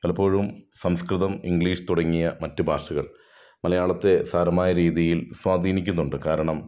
പലപ്പോഴും സംസ്കൃതം ഇംഗ്ലീഷ് തുടങ്ങിയ മറ്റ് ഭാഷകൾ മലയാളത്തെ സാരമായി സ്വാധീനിക്കുന്നുണ്ട് കാരണം